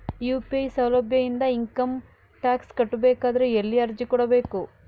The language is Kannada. ಯು.ಪಿ.ಐ ಸೌಲಭ್ಯ ಇಂದ ಇಂಕಮ್ ಟಾಕ್ಸ್ ಕಟ್ಟಬೇಕಾದರ ಎಲ್ಲಿ ಅರ್ಜಿ ಕೊಡಬೇಕು?